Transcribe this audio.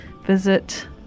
visit